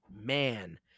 man